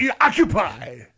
occupy